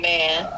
Man